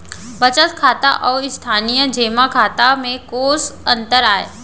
बचत खाता अऊ स्थानीय जेमा खाता में कोस अंतर आय?